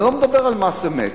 אני לא מדבר על מס אמת.